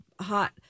Hot